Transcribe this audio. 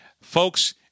folks